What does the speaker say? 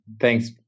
Thanks